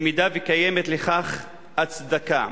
אם קיימת לכך הצדקה.